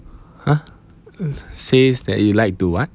!huh! uh says that you like to what